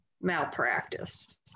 malpractice